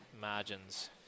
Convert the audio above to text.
margins